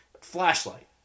flashlight